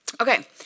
Okay